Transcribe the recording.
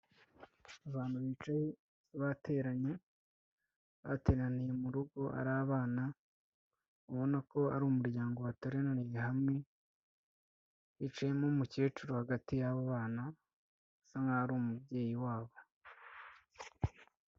Abantu bicaye, bateranye, bateraniye mu rugo ari abana, ubona ko ari umuryango wateraniye hamwe, hicayemo umukecuru hagati yabo bana, asa nkaho ari umubyeyi wabo.